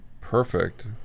perfect